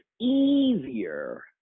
easier